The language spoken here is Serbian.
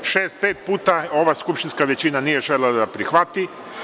Pet puta ova skupštinska većina nije želela da prihvati.